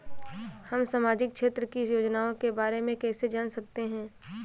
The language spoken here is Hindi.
हम सामाजिक क्षेत्र की योजनाओं के बारे में कैसे जान सकते हैं?